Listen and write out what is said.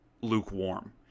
lukewarm